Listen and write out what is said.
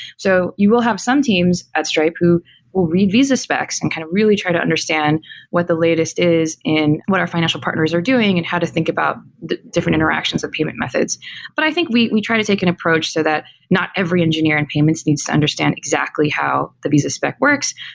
so you will have some teams at stripe who reviews the specs and kind of really try to understand what the latest is in what our financial partners are doing and how to think about the different interactions of payment methods but i think we we try to take an approach, so that not every engineer in payments needs to understand exactly how the business spec works,